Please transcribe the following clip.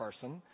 person